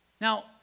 Now